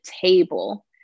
table